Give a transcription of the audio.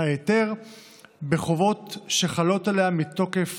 ההיתר בחובות שחלות עליה מתוקף